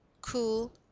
cool